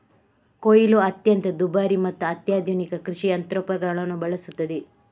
ಕೊಯ್ಲು ಅತ್ಯಂತ ದುಬಾರಿ ಮತ್ತು ಅತ್ಯಾಧುನಿಕ ಕೃಷಿ ಯಂತ್ರೋಪಕರಣಗಳನ್ನು ಬಳಸುತ್ತದೆ